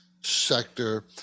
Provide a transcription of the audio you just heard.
sector